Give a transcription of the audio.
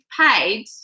paid